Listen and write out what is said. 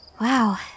Wow